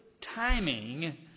timing